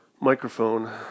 microphone